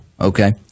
Okay